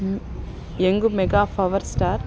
young mega power star